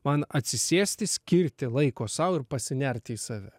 man atsisėsti skirti laiko sau ir pasinerti į save